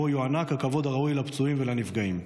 שבו יוענק הכבוד הראוי לפצועים ולנפגעים.